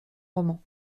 roman